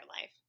life